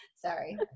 sorry